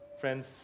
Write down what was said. Friends